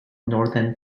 northern